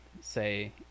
say